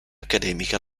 accademica